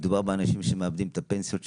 מדובר באנשים שמאבדים את הפנסיות שלהם,